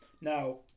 Now